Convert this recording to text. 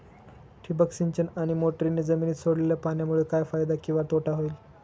ठिबक सिंचन आणि मोटरीने जमिनीत सोडलेल्या पाण्यामुळे काय फायदा किंवा तोटा होईल?